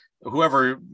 whoever